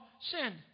sinned